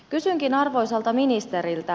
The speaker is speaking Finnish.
kysynkin arvoisalta ministeriltä